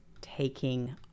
taking